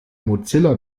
mozilla